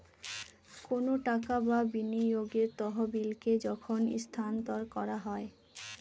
কোনো টাকা বা বিনিয়োগের তহবিলকে যখন স্থানান্তর করা হয়